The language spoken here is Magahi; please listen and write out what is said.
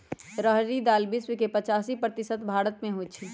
रहरी दाल विश्व के पचासी प्रतिशत भारतमें होइ छइ